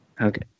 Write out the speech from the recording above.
Okay